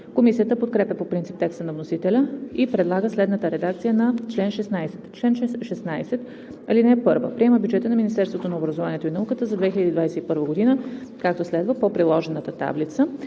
Комисията подкрепя по принцип текста на вносителя и предлага следната редакция на чл. 16: „Чл. 16. (1) Приема бюджета на Министерството на образованието и науката за 2021 г., както следва по приложената таблица.